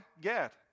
get